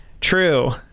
true